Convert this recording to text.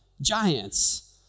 giants